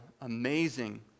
amazing